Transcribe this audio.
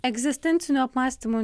egzistencinio apmąstymo